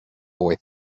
boy